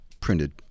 printed